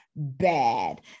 bad